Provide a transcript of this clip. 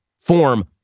form